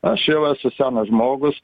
aš jau esu senas žmogus